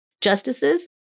justices